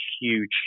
huge